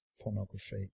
pornography